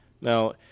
Now